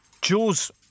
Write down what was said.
Jules